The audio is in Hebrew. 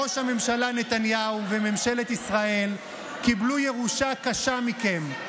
ראש הממשלה נתניהו וממשלת ישראל קיבלו ירושה קשה מכם,